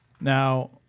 Now